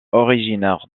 originaire